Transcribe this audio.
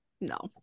no